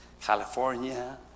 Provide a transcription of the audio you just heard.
California